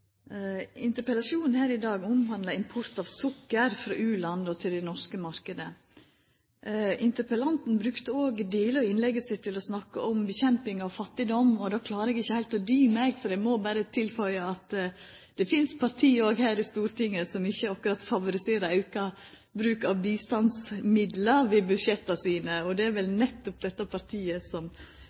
Interpellasjonen her i dag omhandlar import av sukker frå u-land til den norske marknaden. Interpellanten brukte òg delar av innlegget sitt til å snakka om kampen mot fattigdom. Då klarar eg ikkje heilt å dy meg, for eg må berre få tilføya at det finst parti òg her i Stortinget som ikkje akkurat favoriserer auka bruk av bistandsmidlar i budsjetta sine. Og det er vel nettopp dette partiet